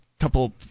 Couple